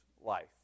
life